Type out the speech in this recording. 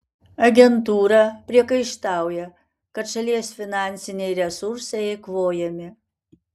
agentūra priekaištauja kad šalies finansiniai resursai eikvojami